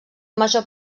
major